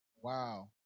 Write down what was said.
Wow